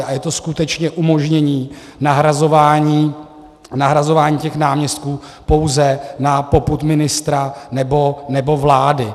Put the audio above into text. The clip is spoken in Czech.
A je to skutečně umožnění nahrazování těch náměstků pouze na popud ministra nebo vlády.